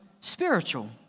spiritual